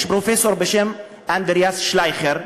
יש פרופסור גרמני בשם אנדריאס שלייכר,